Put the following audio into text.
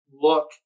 look